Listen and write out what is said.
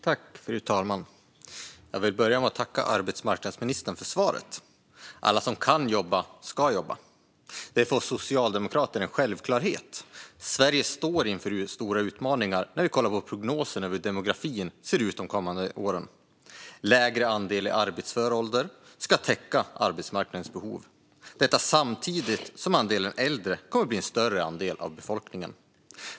Fru talman! Jag vill börja med att tacka arbetsmarknadsministern för svaret. Alla som kan jobba ska jobba. Det är för oss socialdemokrater en självklarhet. Sverige står inför stora utmaningar när vi kollar på prognoserna över hur demografin ser ut de kommande åren. Lägre andel i arbetsför ålder ska täcka arbetsmarknadens behov, detta samtidigt som andelen äldre kommer att bli en större andel av befolkningen.